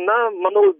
na manau